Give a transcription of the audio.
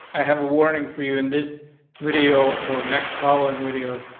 i have a warning for you in this video or next following videos.